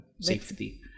safety